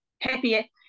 Happy